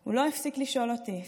הוא לא הפסיק לשאול אותי: